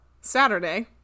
Saturday